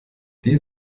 die